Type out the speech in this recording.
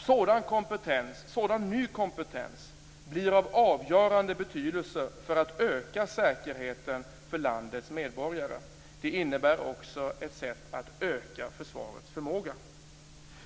Sådan ny kompetens blir av avgörande betydelse för att öka säkerheten för landets medborgare. Det innebär också ett sätt att öka försvarets förmåga.